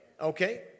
Okay